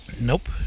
nope